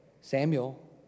Samuel